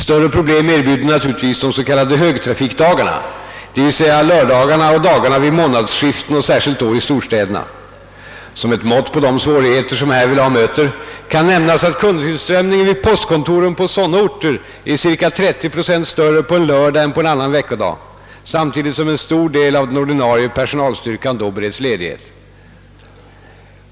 Större problem erbjuder naturligtvis de s.k. högtrafikdagarna d. v. s. lördagarna och dagarna vid månadsskiften och särskilt då i storstäderna. Som ett mått på de svårigheter som härvidlag möter kan nämnas att kundtillströmningen vid postkontoren på sådana orter är cirka 30 procent större på en lördag än på annan veckodag, samtidigt som en stor del av den ordinarie personalstyrkan då bereds ledighet.